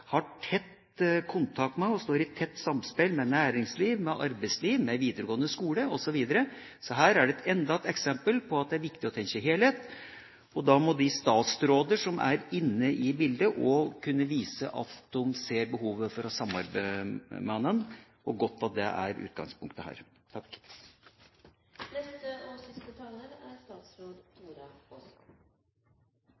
har tett kontakt med, og har tett samspill med, næringsliv, arbeidsliv, videregående skole osv. Så dette er enda et eksempel på at det er viktig å tenke helhet. Da må de statsråder som er inne i bildet, også kunne vise at de ser behovet for å samarbeide med hverandre. Det er godt at det er utgangspunktet her. Jeg takker for innspill og